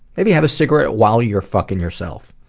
maybe have a cigarette while you're fucking yourself.